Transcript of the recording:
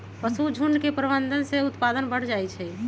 पशुझुण्ड के प्रबंधन से उत्पादन बढ़ जाइ छइ